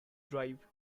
drive